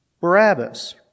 Barabbas